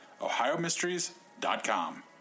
ohiomysteries.com